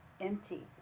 empty